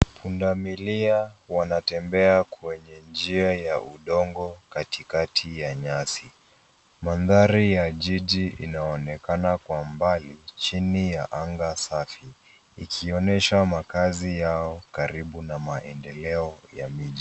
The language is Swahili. Punda milia wanatembea kwenye njia ya udongo katikati ya nyasi. Mandhari ya jiji inaonekana kwa mbali chini ya anga safi ikionyesha makazi yao karibu na maendeleo ya miji.